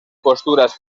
posturas